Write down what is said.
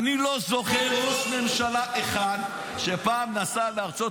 אני לא זוכר ראש ממשלה אחד שפעם נסע לארצות